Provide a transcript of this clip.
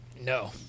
No